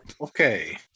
Okay